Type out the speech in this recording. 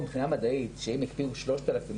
אם יהיה את הכסף הזה יכול להיות שלא צריך להשקיע אותו לנצח.